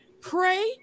pray